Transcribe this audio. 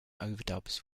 overdubs